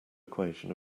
equation